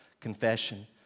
confession